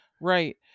right